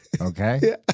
okay